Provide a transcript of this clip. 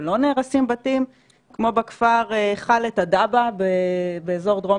ולא נהרסים בתים כמו בכפר חאלת אל-דבע באזור דרום